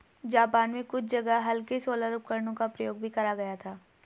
Japan में कुछ जगह हल्के सोलर उपकरणों का प्रयोग भी करा गया था